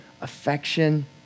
affection